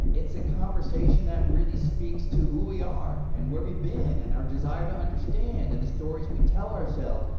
it's a conversation that really speaks to who we are, and where we've been, and our desire to understand, and the stories we tell ourselves,